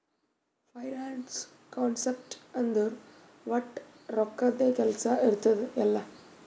finance concept ಅಂದುರ್ ವಟ್ ರೊಕ್ಕದ್ದೇ ಕೆಲ್ಸಾ ಇರ್ತುದ್ ಎಲ್ಲಾ